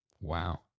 Wow